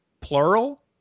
plural